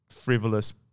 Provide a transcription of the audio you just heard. frivolous